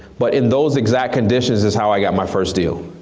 but in those exact conditions is how i got my first deal.